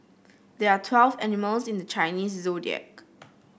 there are twelve animals in the Chinese Zodiac